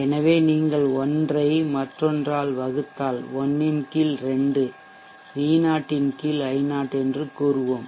எனவே நீங்கள் ஒன்றை மற்றொன்றால் வகுத்தால் 1 ன் கீழ் 2 V0 ன் கீழ் I0 என்று கூறுவோம்